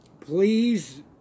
please